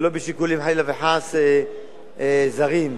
ולא משיקולים, חלילה וחס, זרים.